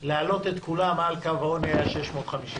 להעלות את כולם מעל קו העוני היה 650 מיליון.